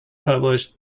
published